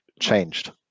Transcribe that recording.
changed